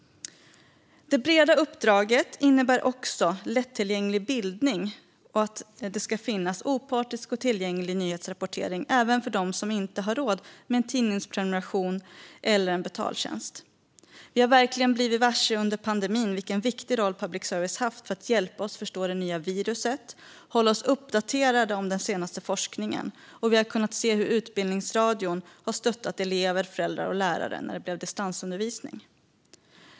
Det breda uppdraget innebär också lättillgänglig bildning och att det ska finnas en opartisk och tillgänglig nyhetsrapportering även för dem som inte har råd med en tidningsprenumeration eller en betaltjänst. Vi har verkligen blivit varse under pandemin vilken viktig roll public service har haft för att hjälpa oss att förstå det nya viruset och hålla oss uppdaterade om den senaste forskningen. Vi har kunnat se hur Utbildningsradion har stöttat elever, föräldrar och lärare när det blev distansundervisning.